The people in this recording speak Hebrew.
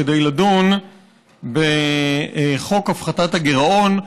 כדי לדון בחוק הפחתת הגירעון,